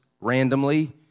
randomly